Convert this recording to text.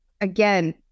again